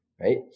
right